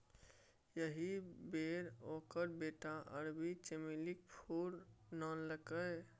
एहि बेर ओकर बेटा अरबी चमेलीक फूल आनलकै